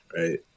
right